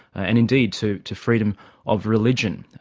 and indeed to to freedom of religion.